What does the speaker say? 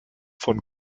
von